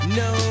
no